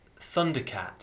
Thundercat